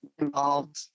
involved